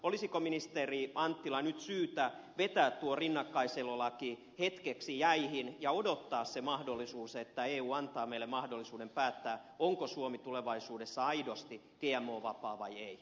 olisiko ministeri anttila nyt syytä vetää tuo rinnakkaiselolaki hetkeksi jäihin ja odottaa sitä mahdollisuutta että eu antaa meille mahdollisuuden päättää onko suomi tulevaisuudessa aidosti gmo vapaa vai ei